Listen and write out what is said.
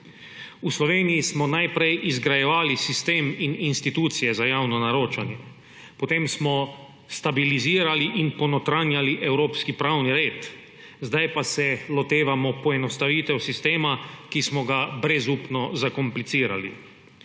V Sloveniji smo najprej izgrajevali sistem in institucije za javno naročanje, potem smo stabilizirali in ponotranjali evropski pravni red, zdaj pa se lotevamo poenostavitev sistema, ki smo ga brezupno zakomplicirali.